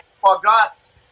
forgot